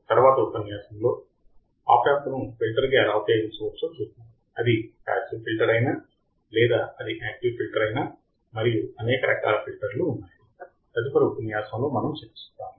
తరువాతి ఉపన్యాసంలో op amp ను ఫిల్టర్గా ఎలా ఉపయోగించవచ్చో చూద్దాం అది పాసివ్ ఫిల్టర్ అయినా లేదా అది యాక్టివ్ ఫిల్టర్ అయినా మరియు అనేక రకాల ఫిల్టర్లు ఉన్నాయి తదుపరి ఉపన్యాసంలో మనం చర్చిస్తాము